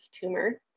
tumor